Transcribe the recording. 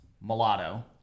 mulatto